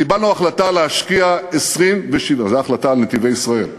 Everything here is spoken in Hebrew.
קיבלנו החלטה להשקיע, זו ההחלטה על "נתיבי ישראל",